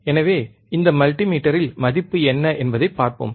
எனவே இந்த மல்டிமீட்டரில் மதிப்பு என்ன என்பதைப் பார்ப்போம்